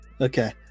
Okay